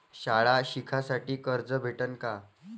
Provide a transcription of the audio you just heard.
शाळा शिकासाठी कर्ज भेटन का?